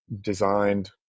designed